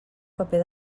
paper